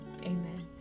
amen